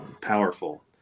Powerful